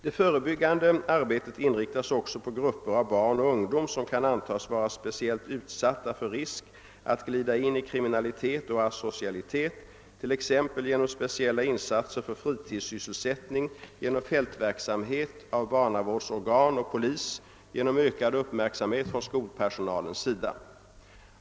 Det förebyggande arbetet inriktas också på grupper av barn och ungdom som kan antas vara speciellt utsatta för risk att glida in i kriminalitet och asocialitet, t.ex. genom speciella insatser för fritidssysselsättning, genom = fältverksamhet av barnavårdsorgan och polis. genom ökad uppmärksamhet från skolpersonalens sida.